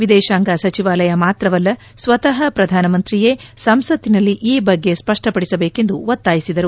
ವಿದೇಶಾಂಗ ಸಚಿವಾಲಯ ಮಾತ್ರವಲ್ಲ ಸ್ಲತಃ ಪ್ರಧಾನ ಮಂತ್ರಿಯೇ ಸಂಸತ್ತಿನಲ್ಲಿ ಈ ಬಗ್ಗೆ ಸ್ಪಷ್ಲಪಡಿಸಬೇಕೆಂದು ಒತ್ತಾಯಿಸಿದರು